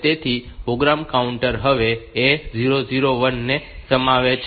તેથી program counter હવે A001 ને સમાવે છે